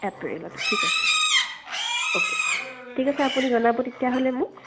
এপ্ৰিলত ঠিক আছে অ'কে ঠিক আছে আপুনি জনাব তেতিয়াহ'লে মোক